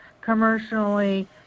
commercially